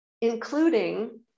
including